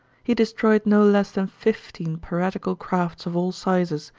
he destroyed no less than fifteen piratical crafts of all sizes,